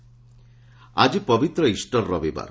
Easter ଆକି ପବିତ୍ର Easter ରବିବାର